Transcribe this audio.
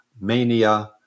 mania